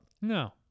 No